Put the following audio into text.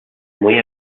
muy